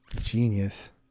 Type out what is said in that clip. genius